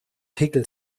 pickel